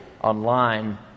online